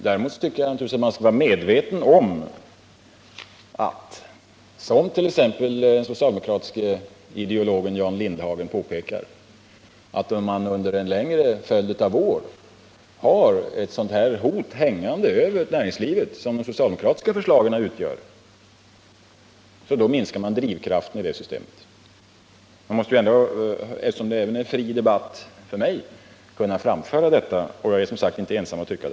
Däremot skall man naturligtvis vara medveten om, som t.ex. den socialdemokratiske ideologen Jan Lindhagen påpekar, att om man under en längre följd av år har ett sådant hot, som de socialdemokratiska förslagen utgör, hängande över näringslivet, så minskar man drivkraften i det systemet. Eftersom det är en fri debatt, även för mig, måste man kunna framföra detta. Och jag är som sagt inte ensam om att tycka så.